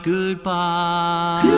Goodbye